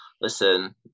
Listen